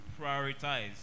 prioritize